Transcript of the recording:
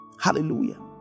Hallelujah